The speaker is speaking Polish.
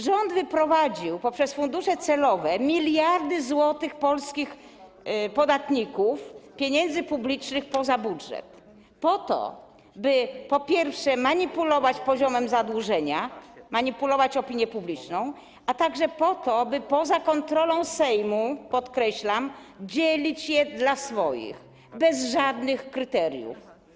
Rząd wyprowadził poprzez fundusze celowe miliardy złotych polskich podatników, pieniędzy publicznych poza budżet po to, by po pierwsze, manipulować poziomem zadłużenia, manipulować opinią publiczną, a także po to, by poza kontrolą Sejmu - podkreślam - dzielić je dla swoich bez żadnych kryteriów.